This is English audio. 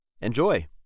Enjoy